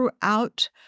throughout